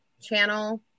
channel